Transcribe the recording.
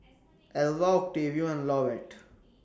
Elva Octavio and Lovett